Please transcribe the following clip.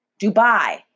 Dubai